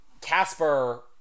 Casper